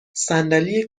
صندلی